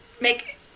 make